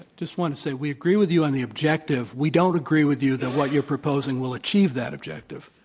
ah just wanted to say we agree with you on the objective. we don't agree with you that what you're proposing will achieve that objective.